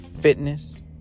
fitness